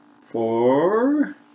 Four